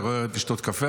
אתה יכול ללכת לשתות קפה,